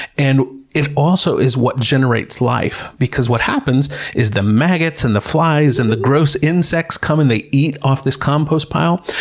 and it also is what generates life, because what happens is the maggots, and the flies, and the gross insects come and they eat off this compost pile.